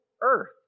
earth